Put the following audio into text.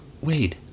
wait